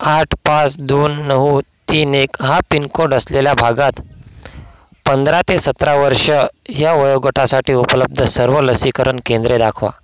आठ पाच दोन नऊ तीन एक हा पिन कोड असलेल्या भागात पंधरा ते सतरा वर्ष ह्या वयोगटासाठी उपलब्ध सर्व लसीकरण केंद्रे दाखवा